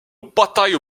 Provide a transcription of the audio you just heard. bataille